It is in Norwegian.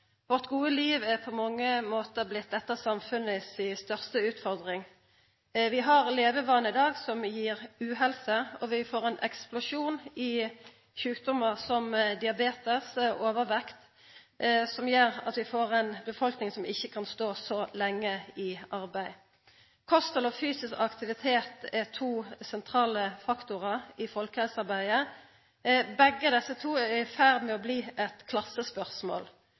Vårt gode liv er på mange måtar blitt dette samfunnets største utfordring. Vi har levevanar i dag som gir uhelse, og vi får ein eksplosjon i sjukdommar som diabetes og overvekt, som gjer at vi får ei befolkning som ikkje kan stå så lenge i arbeid. Kosthald og fysisk aktivitet er to sentrale faktorar i folkehelsearbeidet. Begge desse to er i ferd med å bli eit